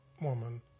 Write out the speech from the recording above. woman